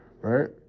Right